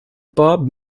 bob